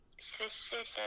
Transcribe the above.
specific